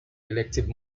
elective